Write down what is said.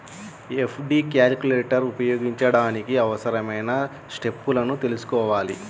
FD calculator ఉపయోగించడానికి అవసరమైన స్టెప్పులను తెల్సుకోవాలి